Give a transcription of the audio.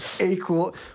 equal